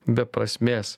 be prasmės